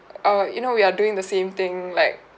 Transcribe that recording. uh err you know we are doing the same thing like